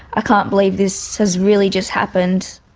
ah can't believe this has really just happened.